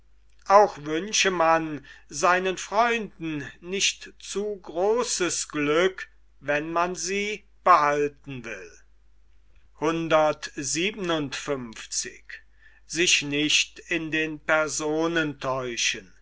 auch wünsche man seinen freunden nicht zu großes glück wenn man sie behalten will